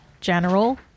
general